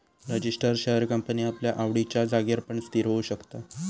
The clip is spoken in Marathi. रजीस्टर शेअर कंपनी आपल्या आवडिच्या जागेर पण स्थिर होऊ शकता